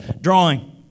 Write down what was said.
drawing